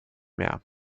mehr